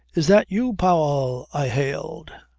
is that you, powell? i hailed.